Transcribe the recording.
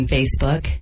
Facebook